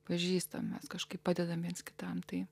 pažįstame kažkaip padedame viens kitam tai